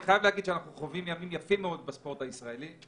אני חייב להגיד שאנחנו חווים ימים יפים מאוד בספורט הישראלי,